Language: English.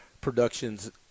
Productions